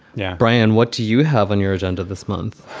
yeah. brian, what do you have on your agenda this month?